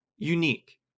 unique